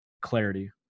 clarity